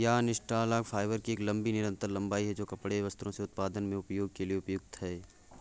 yarn interlock fibre की एक लंबी निरंतर लंबाई है, जो कपड़े और वस्त्रों के उत्पादन में उपयोग के लिए उपयुक्त है